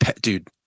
dude